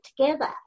together